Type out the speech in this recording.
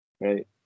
Right